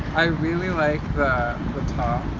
i really like the top.